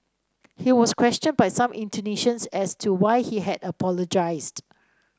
he was questioned by some Indonesians as to why he had apologized